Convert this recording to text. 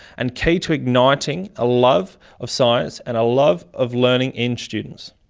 and key to igniting a love of science and a love of learning in students.